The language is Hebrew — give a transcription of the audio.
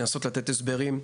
לתת הסברים,